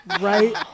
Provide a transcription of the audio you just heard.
Right